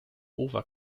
over